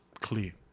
clear